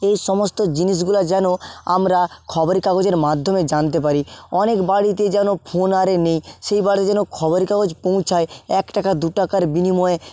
এই সমস্ত জিনিসগুলা যেন আমরা খবরের কাগজের মাধ্যমে জানতে পারি অনেক বাড়িতে যেন ফোন আরে নেই সেই বাড়ি যেন খবরে কাগজ পৌঁছায় এক টাকা দু টাকার বিনিময়ে